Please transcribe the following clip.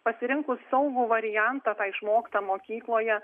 pasirinkus saugų variantą tą išmoktą mokykloje